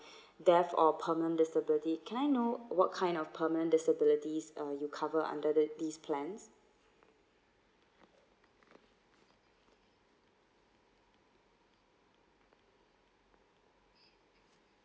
death or permanent disability can I know what kind of permanent disabilities uh you cover under the these plans